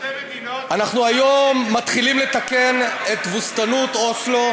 אנחנו היום מתחילים לתקן את תבוסתנות אוסלו,